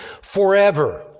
forever